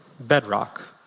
bedrock